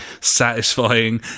satisfying